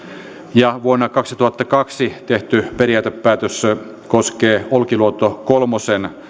ja vuonna kaksituhattakaksi tehty periaatepäätös koskee olkiluoto kolmen